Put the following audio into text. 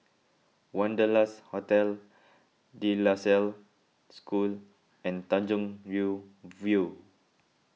Wanderlust Hotel De La Salle School and Tanjong Rhu View